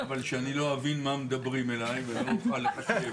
אבל אני לא אבין מה מדברים אליי ואני לא אוכל לחשב,